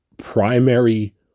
primary